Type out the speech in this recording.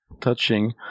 Touching